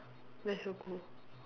that's so cool